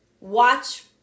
Watch